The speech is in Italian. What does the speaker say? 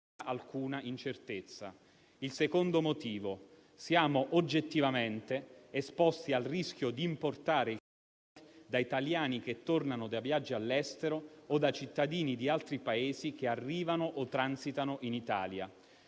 alcuna incertezza. Il secondo motivo è che siamo oggettivamente esposti al rischio di importare il virus da italiani che tornano da viaggi all'estero o da cittadini di altri Paesi che arrivano o transitano in Italia.